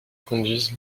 conduisent